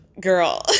girl